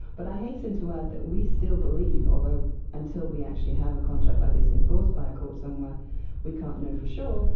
but i hasten to add that we still believe, although until we actually have a contract like this enforced by court somewhere we can't know for sure,